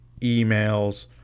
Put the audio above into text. emails